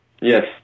Yes